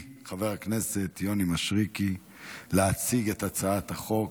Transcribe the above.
חבר הכנסת יוני מישרקי להציג את הצעת החוק.